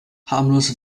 harmlose